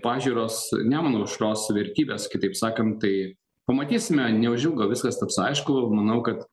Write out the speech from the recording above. pažiūros nemuno aušros vertybės kitaip sakant tai pamatysime neužilgo viskas taps aišku manau kad